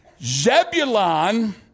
Zebulon